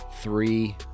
three